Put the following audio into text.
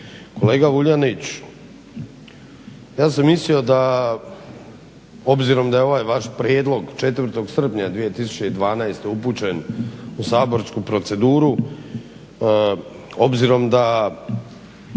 Kolega Vuljanić, ja sam mislio da, obzirom da je ovaj vaš prijedlog 4. srpnja 2012. upućen u saborsku proceduru, obzirom da